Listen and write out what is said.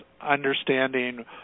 understanding